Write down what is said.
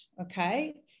okay